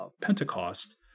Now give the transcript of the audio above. Pentecost